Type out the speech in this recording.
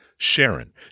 Sharon